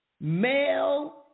Male